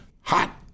hot